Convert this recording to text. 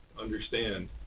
understand